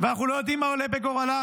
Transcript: ואנחנו לא יודעים מה עולה בגורלם,